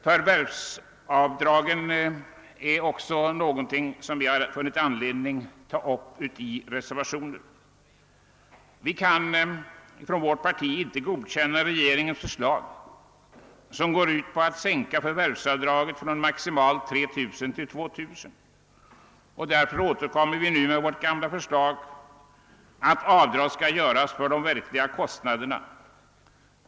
Förvärvsavdragen är också någonting som vi har fått anledning att ta upp i en reservation. Inom vårt parti kan vi inte godkänna regeringens förslag, som går ut på att sänka förvärvsavdraget från maximalt 3 000 till 2 000 kr., och därför återkommer vi med vårt gamla förslag att avdrag skall få göras för de verkliga kostnaderna.